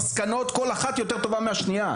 מסקנות כל אחת יותר טובה מהשנייה,